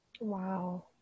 wow